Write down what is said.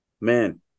Man